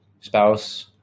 spouse